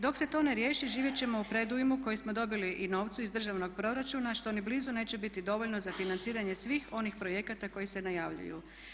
Dok se to ne riješi živjet ćemo u predujmu koji smo dobili i novcu iz državnog proračuna što ni blizu neće biti dovoljno za financiranje svih onih projekata koji se najavljuju.